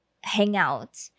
hangout